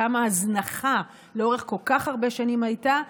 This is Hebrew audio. כמה הזנחה לאורך כל כך הרבה שנים הייתה,